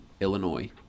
Illinois